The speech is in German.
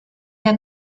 der